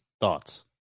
Thoughts